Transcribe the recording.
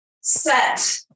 Set